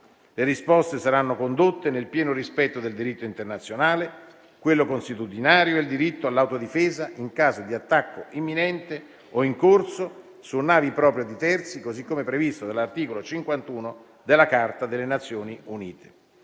Le risposte saranno condotte nel pieno rispetto del diritto internazionale, di quello consuetudinario e del diritto all'autodifesa in caso di attacco imminente o in corso su navi proprie o di terzi, così come previsto dall'articolo 51 della Carta delle Nazioni Unite.